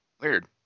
Weird